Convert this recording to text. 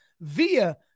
via